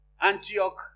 Antioch